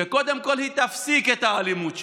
שקודם כול היא תפסיק את האלימות שלה.